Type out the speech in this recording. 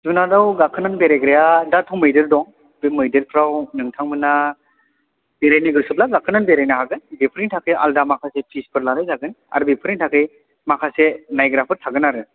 जुनाराव गाखोनानै बेरायग्राया दाथ' मैदेर दं बे मैदेरफ्राव नोंथांमोना बेरायनो गोसोब्ला गाखोनानै बेरायनो हागोन बेफोरनि थाखाय आलदा माखासे फिसफोर लानाय जागोन आरो बेफोरनि थाखाय माखासे नायग्राफोर थागोन आरो